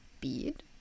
bead